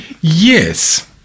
Yes